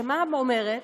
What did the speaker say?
שמה אומרת?